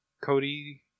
Cody